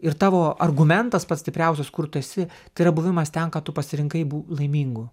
ir tavo argumentas pats stipriausias kur tu esi tai yra buvimas ten ką tu pasirinkai bū laimingu